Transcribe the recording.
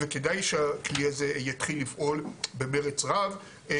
וכדאי שהכלי הזה יתחיל לפעול במרץ רב.